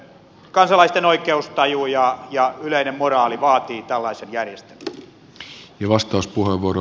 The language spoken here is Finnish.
kansalaisten oikeustaju ja yleinen moraali vaatii tällaisen järjestelmän